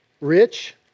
rich